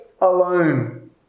alone